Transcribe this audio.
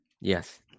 Yes